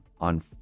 on